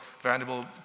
Vanderbilt